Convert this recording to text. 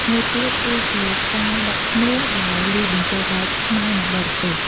មួយទៀត គឺជាស្ទាយដាក់ឈ្មោះដែលលាយបញ្ចូលបែបខ្មែរ និង បរទេស។